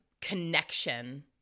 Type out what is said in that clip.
connection